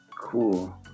Cool